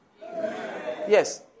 Yes